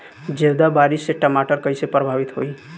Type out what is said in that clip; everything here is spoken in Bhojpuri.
ज्यादा बारिस से टमाटर कइसे प्रभावित होयी?